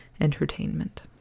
entertainment